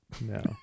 No